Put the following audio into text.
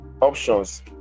options